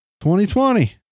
2020